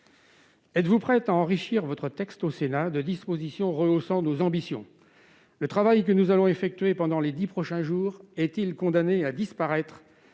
Êtes-vous prête à enrichir votre texte au Sénat de dispositions rehaussant nos ambitions ? Le travail que nous allons effectuer pendant les dix prochains jours est-il condamné à disparaître